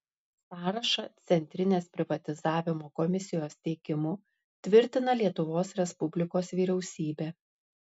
sąrašą centrinės privatizavimo komisijos teikimu tvirtina lietuvos respublikos vyriausybė